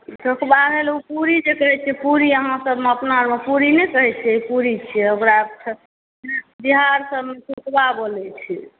ठोकबा लोक पूड़ीकेँ कहैत छै पूड़ी अहाँसभमे अपना आओरमे पूड़ी नहि कहैत छै ई पूड़ी छियै बिहार सभमे ठोकबा बोलैत छै